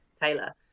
taylor